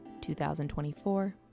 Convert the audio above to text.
2024